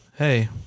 hey